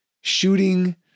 shooting